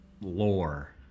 lore